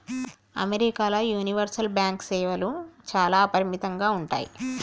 అమెరికాల universal bank సేవలు చాలా అపరిమితంగా ఉంటయ్